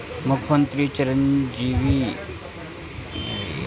मुख्यमंत्री चिरंजी स्वास्थ्य बीमा योजना के क्या लाभ हैं?